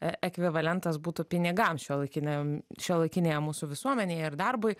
e ekvivalentas būtų pinigams šiuolaikiniam šiuolaikinėje mūsų visuomenėje ir darbui